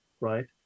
right